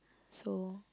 so